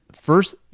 first